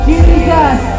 Jesus